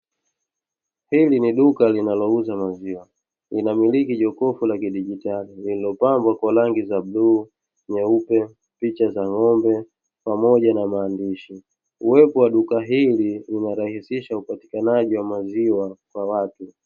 Hili ni duka linalouza maziwa. Linamiliki jokofu la kidijitali lililopambwa kwa rangi za bluu, nyeupe, picha za ng'ombe, pamoja na maandishi. Uwepo wa duka hili unarahisisha upatikanaji wa maziwa kwa watu.